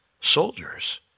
soldiers